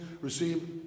receive